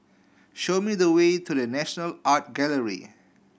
show me the way to The National Art Gallery